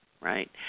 right